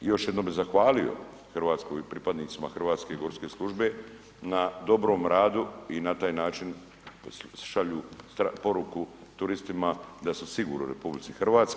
I još jednom bih zahvalio Hrvatskoj i pripadnicima Hrvatske gorske službe na dobrom radu i na taj način šalju poruku turistima da su sigurni u RH.